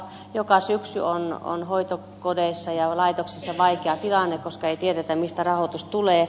joka syksy on hoitokodeissa ja laitoksissa vaikea tilanne koska ei tiedetä mistä rahoitus tulee